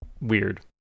Weird